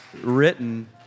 written